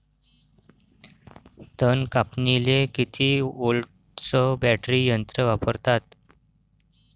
तन कापनीले किती व्होल्टचं बॅटरी यंत्र वापरतात?